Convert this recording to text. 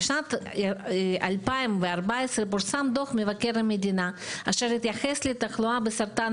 בשנת 2014 פורסם דו"ח מבקר המדינה אשר התייחס לתחלואה בסרטן